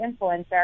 influencer